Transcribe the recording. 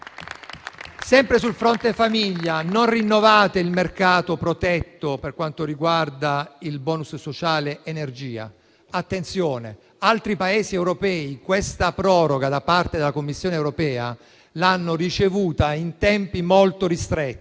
Sempre sul fronte famiglia, non rinnovate il mercato protetto per quanto riguarda il bonus sociale energia; attenzione, altri Paesi europei hanno ricevuto la proroga da parte della Commissione europea in tempi molto ristretti.